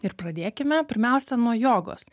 ir pradėkime pirmiausia nuo jogos